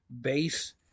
base